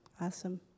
Awesome